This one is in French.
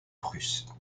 prusse